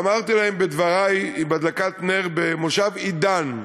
ואמרתי להם בדברי בהדלקת נר במושב עידן,